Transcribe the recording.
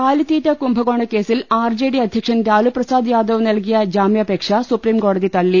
കാലിത്തീറ്റ കുംഭകോണക്കേസിൽ ആർജെഡി അധൃക്ഷൻ ലാലുപ്രസാദ് നൽകിയ ജാമ്യാപേക്ഷ സുപ്രീംകോടതി തളളി